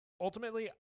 Ultimately